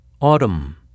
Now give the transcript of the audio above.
Autumn